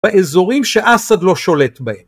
באזורים שאסד לא שולט בהם.